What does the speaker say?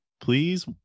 please